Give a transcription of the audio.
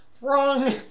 Wrong